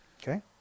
Okay